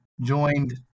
joined